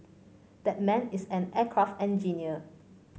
that man is an aircraft engineer